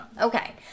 Okay